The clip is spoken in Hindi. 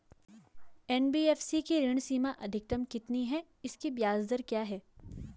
एन.बी.एफ.सी की ऋण सीमा अधिकतम कितनी है इसकी ब्याज दर क्या है?